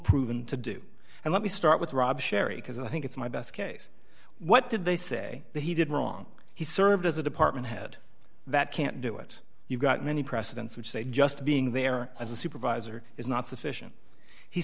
proven to do and let me start with rob sherry because i think it's my best case what did they say he did wrong he served as a department head that can't do it you've got many precedents which say just being there as a supervisor is not sufficient he